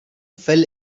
fell